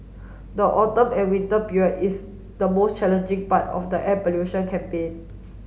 the autumn and winter period is the most challenging part of the air pollution campaign